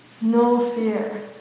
no-fear